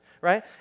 right